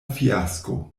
fiasko